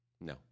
No